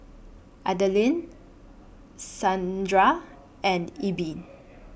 Adaline Saundra and Ebbie